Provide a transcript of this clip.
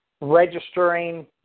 registering